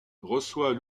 reçoit